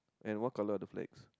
and what color of the flags